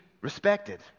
respected